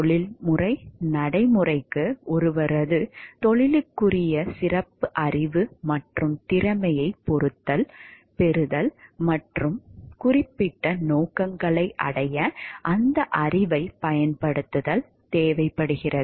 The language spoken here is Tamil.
தொழில்முறை நடைமுறைக்கு ஒருவரது தொழிலுக்குரிய சிறப்பு அறிவு மற்றும் திறமையைப் பெறுதல் மற்றும் குறிப்பிட்ட நோக்கங்களை அடைய அந்த அறிவைப் பயன்படுத்துதல் தேவைப்படுகிறது